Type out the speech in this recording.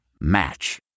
Match